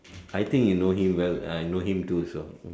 I think you know him well and I know him too also